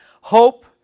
Hope